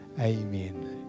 amen